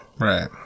Right